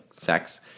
sex